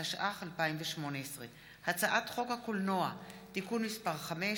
התשע"ח 2018. הצעת חוק הקולנוע (תיקון מס' 5),